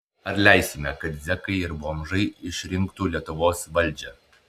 ar leisime kad zekai ir bomžai išrinktų lietuvos valdžią